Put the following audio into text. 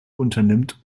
unternimmt